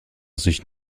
sich